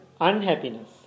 unhappiness